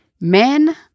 Men